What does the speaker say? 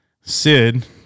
Sid